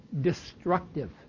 destructive